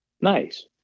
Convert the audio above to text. Nice